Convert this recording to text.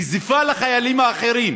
נזיפה לחיילים האחרים